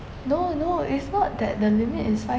no no it's not that the limit is five